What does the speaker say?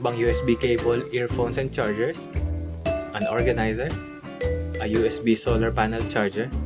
um usb cables, earphones, and chargers an organizer a usb solar pannel charger